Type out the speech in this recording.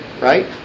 right